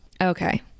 Okay